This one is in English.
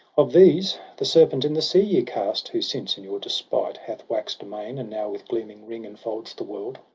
of these the serpent in the sea ye cast. who since in your despite hath wax'd amain, and now with gleaming ring enfolds the world.